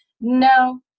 No